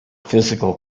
physical